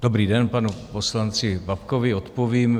Dobrý den, panu poslanci Babkovi odpovím.